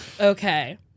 Okay